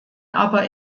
aber